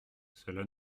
cela